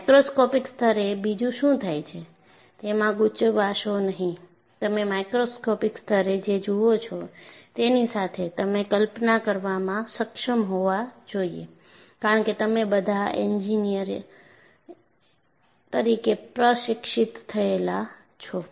microscopic સ્તરે બીજું શું થાય છે તેમાં ગૂંચવશો નહીં તમે મેક્રોસ્કોપિક સ્તરે જે જુઓ છો તેની સાથે તમે કલ્પના કરવામાં સક્ષમ હોવા જોઈએ કારણ કે તમે બધા એન્જિનિયર તરીકે પ્રશિક્ષિત થયેલા છો